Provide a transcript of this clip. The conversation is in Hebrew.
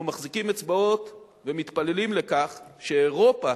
אנחנו מחזיקים אצבעות ומתפללים לכך שאירופה